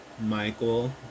Michael